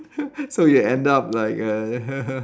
so you end up like a